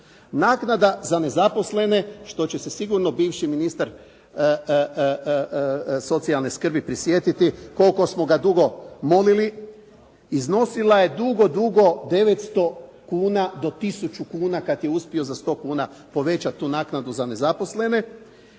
Naknada za nezaposlene, što će se sigurno bivši ministar socijalne skrbi prisjetiti, koliko smo ga dugo molili, iznosila je dugo, dugo 900 kuna do tisuću kuna, kad je uspio za 100 kuna povećati tu naknadu za nezaposlene.